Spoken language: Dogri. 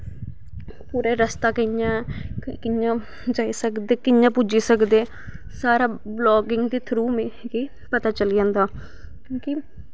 और एह् रस्ता कियां ऐ कियां जाई सकदे कियां पुज्जी सकदे सारा बलॉगिंग दे थ्रू मिगी पता चली जंदा क्योंकि